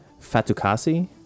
Fatukasi